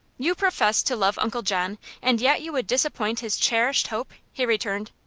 you profess to love uncle john, and yet you would disappoint his cherished hope! he returned.